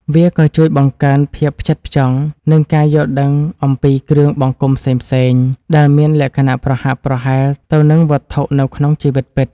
វាក៏ជួយបង្កើនភាពផ្ចិតផ្ចង់ និងការយល់ដឹងអំពីគ្រឿងបង្គុំផ្សេងៗដែលមានលក្ខណៈប្រហាក់ប្រហែលទៅនឹងវត្ថុនៅក្នុងជីវិតពិត។